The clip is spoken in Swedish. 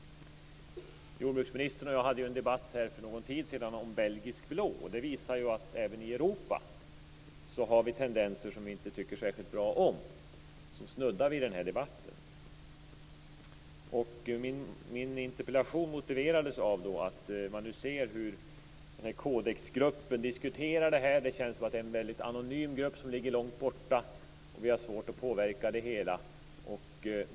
Jordbruksministern och jag hade en debatt för någon tid sedan om belgisk blå. Det visar att vi även i Europa har tendenser som vi inte tycker särskilt bra om, som snuddar vid denna debatt. Min interpellation motiverades av att vi nu ser att Codexgruppen diskuterar detta. Det känns som att det är en väldigt anonym grupp som finns långt borta. Vi har svårt att påverka det hela.